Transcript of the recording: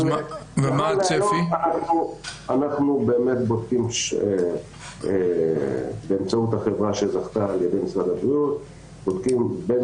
אנחנו בודקים באמצעות החברה שזכתה במשרד הבריאות בין